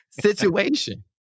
situation